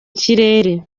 kirere